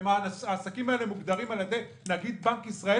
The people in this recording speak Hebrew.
והעסקים האלה מוגדרים על-ידי נציג בנק ישראל